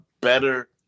better